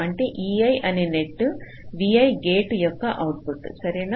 అంటే ei అనే నెట్ vi గేటు యొక్క అవుట్పుట్ సరేనా